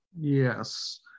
Yes